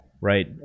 right